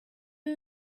you